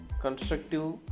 constructive